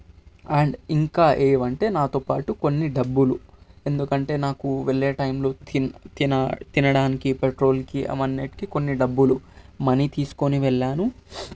and ఇంకా ఏవంటే నాతోపాటు కొన్ని డబ్బులు ఎందుకంటే నాకు వెళ్ళే టైంలో తీన్ తిన తినడానికి పెట్రోల్కి అవన్నిటికి కొన్ని డబ్బులు మనీ తీసుకొని వెళ్ళాను